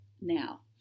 now